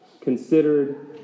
considered